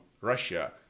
Russia